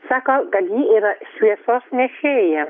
sako gal ji yra šviesos nešėja